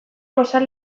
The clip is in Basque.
mozal